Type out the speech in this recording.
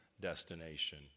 destination